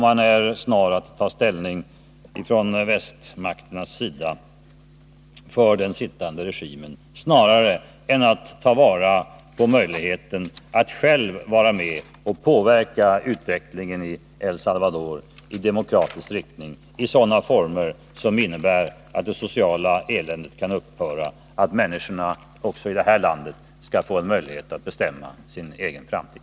Man är snar att ta ställning från västmakternas sida för den sittande regimen snarare än att ta vara på möjligheten att själv vara med och påverka utvecklingen i El Salvador i demokratisk riktning och i former som innebär att det sociala eländet kan upphöra och att människorna även i El Salvador skall ges rätten att bestämma sin egen framtid.